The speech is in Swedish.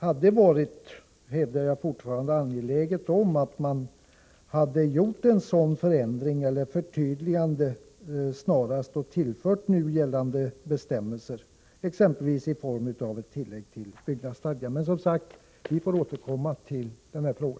Jag hävdar fortfarande att det hade varit bra om man snarast hade kunnat tillföra nu gällande bestämmelser ett förtydligande, exempelvis i form av ett tillägg till byggnadsstadgan. Men vi får, som sagt, återkomma till denna fråga.